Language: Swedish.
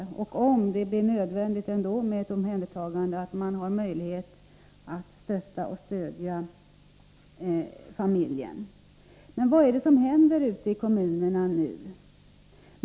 Om det ändå blir nödvändigt med ett omhändertagande, skall man ha möjlighet att stödja familjen. Men vad är det som händer ute i kommunerna?